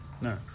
no